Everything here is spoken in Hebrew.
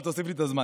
אבל תוסיף לי זמן.